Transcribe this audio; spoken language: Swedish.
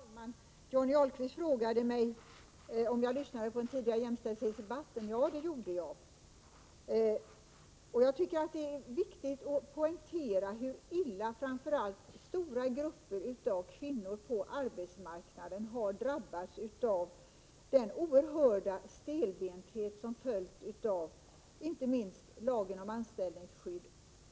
Herr talman! Johnny Ahlqvist frågade mig om jag lyssnade på den tidigare jämställdhetsdebatten. Ja, det gjorde jag. Jag tycker det är viktigt att poängtera hur illa framför allt stora grupper av kvinnor på arbetsmarknaden har drabbats av den oerhörda stelbenthet som inte minst följt av lagen om anställningsskydd